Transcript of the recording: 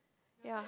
yeah